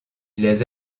les